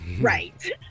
right